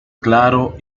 claro